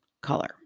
color